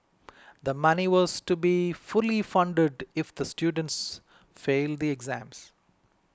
the money was to be fully funded if the students fail the exams